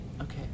Okay